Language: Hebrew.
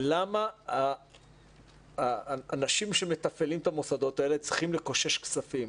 למה אנשים שמתפעלים את המוסדות האלה צריכים לקושש כספים,